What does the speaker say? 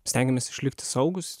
stengiamės išlikti saugūs